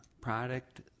product